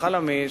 "חלמיש",